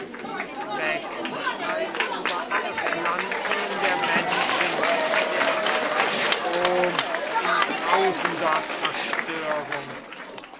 und weg treibt über alle pflanzungen der menschen der wilde strom in grausender zerstörung